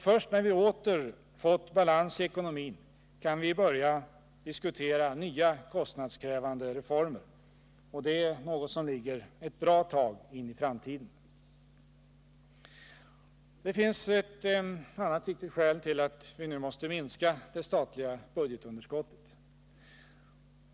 Först när vi åter fått balans i ekonomin kan vi börja diskutera nya kostnadskrävande reformer — och det är något som ligger ett bra tag in i framtiden. Det finns ett annat viktigt skäl till att vi nu måste minska det statliga budgetunderskottet.